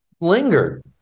lingered